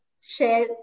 share